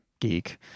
geek